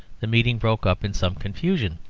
the meeting broke up in some confusion.